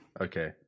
okay